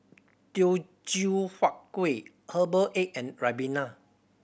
Teochew Huat Kueh herbal egg and ribena